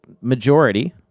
majority